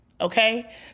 Okay